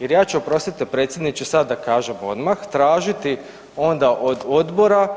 Jer ja ću oprostite predsjedniče sad da kažem odmah tražiti onda od odbora